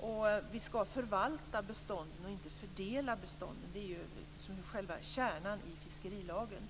Och vi skall förvalta bestånden och inte fördela bestånden. Det är ju själva kärnan i fiskerilagen.